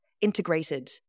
integrated